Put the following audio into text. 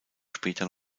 später